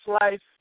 life